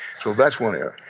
so that's one area.